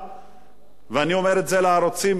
ואני אומר את זה לערוץ-10 ולערוץ-2